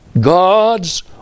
God's